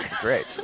Great